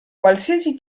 qualsiasi